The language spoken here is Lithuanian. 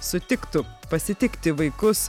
sutiktų pasitikti vaikus